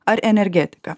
ar energetiką